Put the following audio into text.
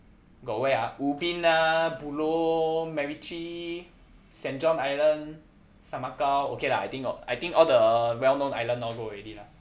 got where ah ubin ah buloh macritchie saint john island semakau okay lah I think all I think all the well known island all go already lah